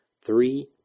three